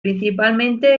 principalmente